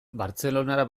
bartzelonara